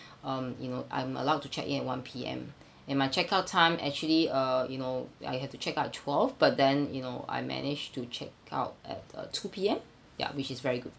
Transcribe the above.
um you know I'm allowed to check in at one P_M and my check out time actually uh you know I have to check out at twelve but then you know I managed to check out at uh two P_M ya which is very good